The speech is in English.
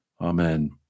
Amen